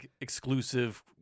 exclusive